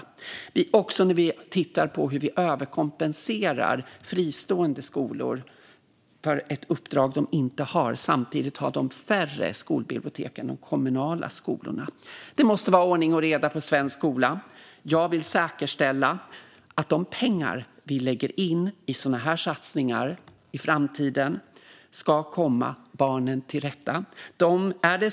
Det handlar också om att titta på hur vi överkompenserar fristående skolor för ett uppdrag de inte har, samtidigt som de har färre skolbibliotek än de kommunala skolorna. Det måste vara ordning och reda i svensk skola. Jag vill säkerställa att de pengar vi lägger in i sådana här satsningar i framtiden kommer barnen till godo.